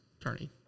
attorney